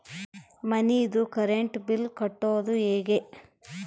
ಮನಿದು current bill ಕಟ್ಟೊದು ಹೇಗೆ?